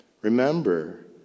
remember